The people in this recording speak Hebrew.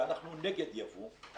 ואנחנו נגד ייבוא.